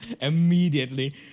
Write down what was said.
immediately